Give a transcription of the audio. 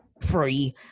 free